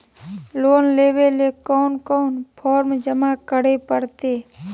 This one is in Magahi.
लोन लेवे ले कोन कोन फॉर्म जमा करे परते?